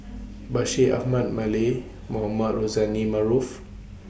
Bashir Ahmad Mallal Mohamed Rozani Maarof